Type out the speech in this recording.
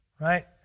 Right